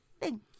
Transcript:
Thank